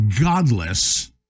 godless